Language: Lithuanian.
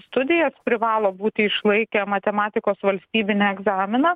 studijas privalo būti išlaikę matematikos valstybinį egzaminą